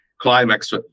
Climax